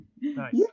Nice